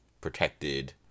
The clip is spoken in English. protected